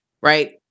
right